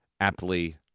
aptly